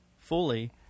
fully